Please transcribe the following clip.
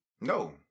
no